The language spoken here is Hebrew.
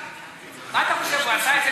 אתה אומר את זה?